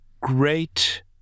great